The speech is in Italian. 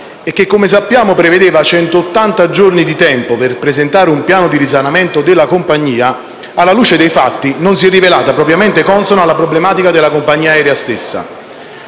che, come sappiamo, prevedeva centottanta giorni di tempo per presentare un piano di risanamento della compagnia, alla luce dei fatti, non si è rivelata propriamente consona alla problematica della compagnia aerea stessa.